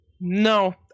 No